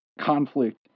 conflict